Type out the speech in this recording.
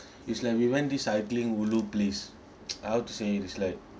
it's like we went this cycling ulu place uh how to say it's like